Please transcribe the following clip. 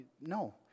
No